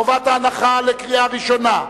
חובת ההנחה לקריאה ראשונה,